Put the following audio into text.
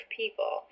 people